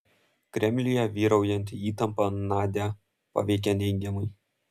kremliuje vyraujanti įtampa nadią paveikė neigiamai